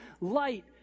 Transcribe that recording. light